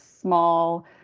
small